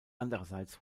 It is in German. andererseits